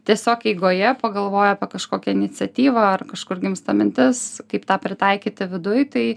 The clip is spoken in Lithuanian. tiesiog eigoje pagalvoji apie kažkokią iniciatyvą ar kažkur gimsta mintis kaip tą pritaikyti viduj tai